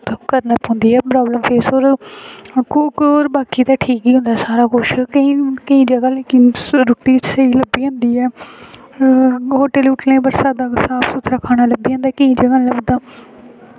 करना पौंदी ऐ प्राब्लम फेस होर होर बाकी ते ठीक गै होंदा ऐ सारा कुछ केईं केईं जगह् लेकिन रुट्टी स्हेई लब्भी जंदी ऐ होटलें हूटलें पर सादा साफ सुथरा खाना लब्भी जंदा केईं जगह् हैनी लभदा